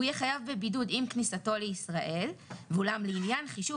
" הוא יהיה חייב בבידוד עם כניסתו לישראל ואולם לעניין חישוב